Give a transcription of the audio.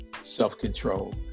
self-control